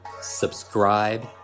subscribe